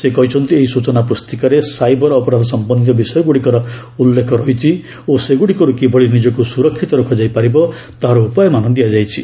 ସେ କହିଛନ୍ତି ଏହି ସ୍ବଚନା ପୁସ୍ତିକାରେ ସାଇବର ଅପରାଧ ସମ୍ପନ୍ଧୀୟ ବିଷୟଗୁଡ଼ିକର ଉଲ୍ଲେଖ ରହିଛି ଓ ସେଗୁଡ଼ିକରୁ କିଭଳି ନିଜକୁ ସୁରକ୍ଷିତ ରଖାଯାଇ ପାରିବ ତାହାର ଉପାୟମାନ ଦିଆଯାଇଛି